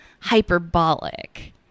hyperbolic